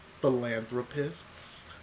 Philanthropists